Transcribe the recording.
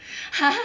!huh!